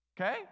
okay